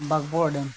ᱵᱟᱜᱽᱵᱚᱣᱟ dam